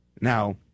Now